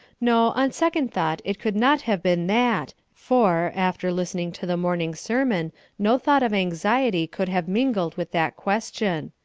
no, on second thought it could not have been that for, after listening to the morning sermon no thought of anxiety could have mingled with that question.